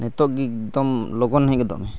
ᱱᱤᱛᱚᱜ ᱜᱮ ᱮᱠᱫᱚᱢ ᱞᱚᱜᱚᱱ ᱦᱮᱡ ᱜᱚᱫᱚᱜ ᱢᱮ